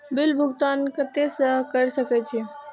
Bill भुगतान केते से कर सके छी?